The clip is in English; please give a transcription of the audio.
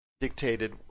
dictated